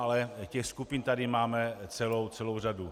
Ale těch skupin tady máme celou řadu.